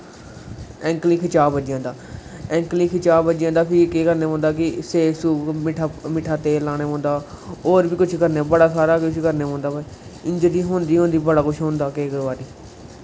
एकंल गी खिचाव लग्गी जंदा एकंल गी खिचाव लग्गी जंदा फ्ही केह् करना पोंदा कि सैक सोक मिट्ठा तेल लाने पौंदा होर बी कुछ करने पोंदा बड़ा सारा कुछ करने पोंदा इंजरी होंदी गै होंदी बड़ा कुछ होंदा केईं बारी